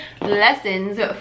lessons